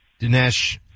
Dinesh